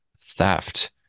theft